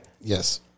Yes